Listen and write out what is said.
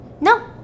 No